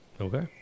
Okay